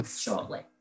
shortly